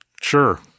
sure